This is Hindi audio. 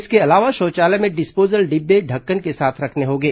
इसके अलावा शौचालय में डिस्पोजल डिब्बें ढक्कन के साथ रखने होंगे